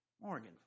Morgan